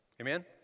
Amen